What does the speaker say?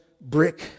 brick